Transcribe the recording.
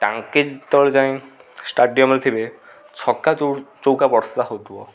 ଟାଙ୍କି ତଳେ ଯାଇ ଷ୍ଟାଡ଼ିୟମ୍ରେ ଥିବେ ଛକା ଚଉକା ବର୍ଷା ହେଉଥିବ